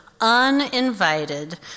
uninvited